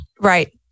Right